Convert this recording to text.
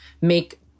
make